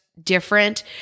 different